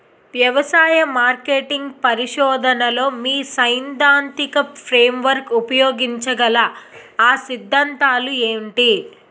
వ్యవసాయ మార్కెటింగ్ పరిశోధనలో మీ సైదాంతిక ఫ్రేమ్వర్క్ ఉపయోగించగల అ సిద్ధాంతాలు ఏంటి?